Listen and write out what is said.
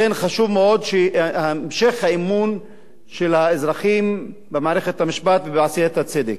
לכן חשוב מאוד המשך האמון של האזרחים במערכת המשפט ובעשיית הצדק.